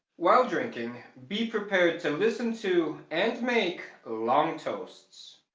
while drinking be prepared to listen to and make long toasts.